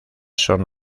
son